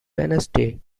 wednesday